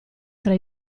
tra